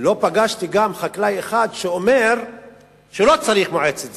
לא פגשתי חקלאי אחד שאומר שלא צריך מועצת זיתים.